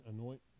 anoint